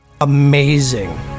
amazing